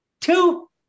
Two